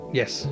yes